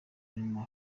umurimo